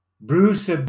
Bruce